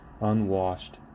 unwashed